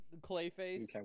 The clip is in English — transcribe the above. Clayface